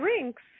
drinks